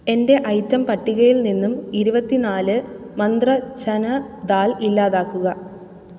എന്റെ ഐറ്റം പട്ടികയിൽ നിന്നും ഇരുപത്തിനാല് മന്ത്ര ചനാദാൽ ഇല്ലാതാക്കുക